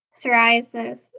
psoriasis